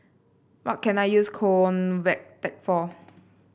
what can I use Convatec for